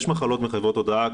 יש מחלות מחייבות הודעה,